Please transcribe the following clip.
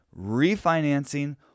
refinancing